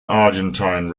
argentine